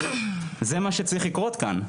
זה מה שצריך לקרות כאן,